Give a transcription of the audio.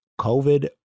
COVID